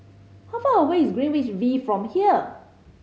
how far away is Greenwich V from here